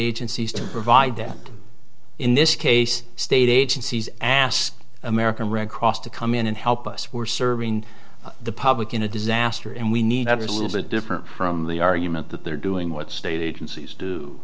agencies to provide them in this case state agencies asked american red cross to come in and help us we're serving the public in a disaster and we need a little bit different from the argument that they're doing what state agencies